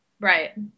right